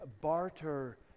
barter